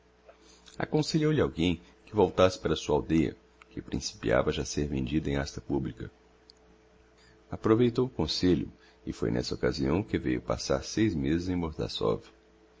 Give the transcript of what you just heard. kopek aconselhou lhe alguem que voltasse para a sua aldeia que principiava já a ser vendida em hasta publica aproveitou o conselho e foi nessa occasião que veiu passar seis mêses em